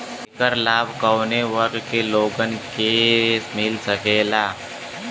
ऐकर लाभ काउने वर्ग के लोगन के मिल सकेला?